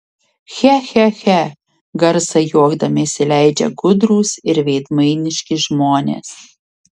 che che che garsą juokdamiesi leidžia gudrūs ir veidmainiški žmonės